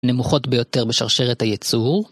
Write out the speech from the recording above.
נמוכות ביותר בשרשרת הייצור